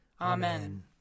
Amen